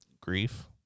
Grief